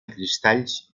cristalls